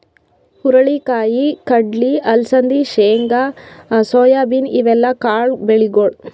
ಹುರಳಿ ಕಾಯಿ, ಕಡ್ಲಿ, ಅಲಸಂದಿ, ಶೇಂಗಾ, ಸೋಯಾಬೀನ್ ಇವೆಲ್ಲ ಕಾಳ್ ಬೆಳಿಗೊಳ್